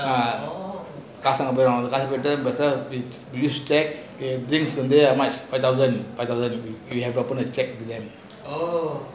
ah காசு தருவாங்க அது போடு:kaasu tharuvanga athu potu how much five thousand five thousand you pay them from the cheque there